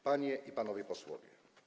Panie i Panowie Posłowie!